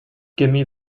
gimme